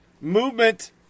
Movement